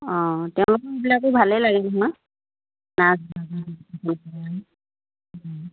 অঁ তেওঁলোকৰ এইবিলাকো ভালেই লাগে ন